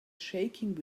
shaking